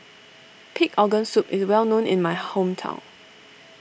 Pig Organ Soup is well known in my hometown